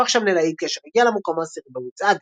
והפך שם ללהיט כאשר הגיע למקום העשירי במצעד.